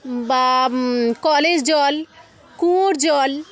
বা কলের জল কুয়োর জল